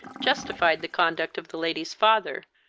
justified the conduct of the lady's father,